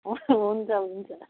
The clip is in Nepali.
हु हुन्छ हुन्छ